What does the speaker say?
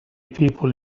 people